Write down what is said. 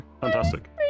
Fantastic